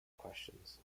questions